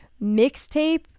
mixtape